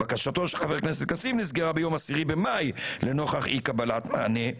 בקשתו של חבר הכנסת כסיף נסגרה ביום 10 במאי לנוכח אי קבלת מענה...",